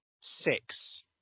six